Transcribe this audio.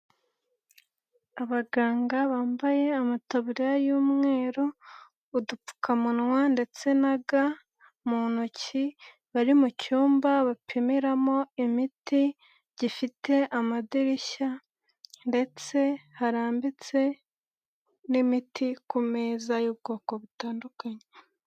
Abaganga bambaye amataburiya y'umweru, udupfukamunwa ndetse na ga mu ntoki bari mu cyumba bapimiramo imiti gifite amadirishya ndetse harambitse n'imiti ku meza y'ubwoko butandukanye.